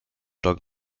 dog